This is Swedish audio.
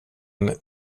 det